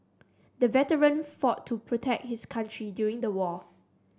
the veteran fought to protect his country during the war